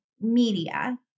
media